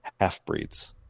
half-breeds